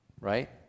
right